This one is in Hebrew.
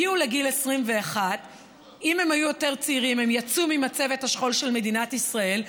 כשהם הגיעו לגיל הם יצאו ממצבת השכול של מדינת ישראל,